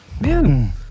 man